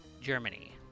Germany